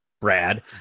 Brad